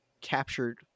captured